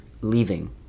leaving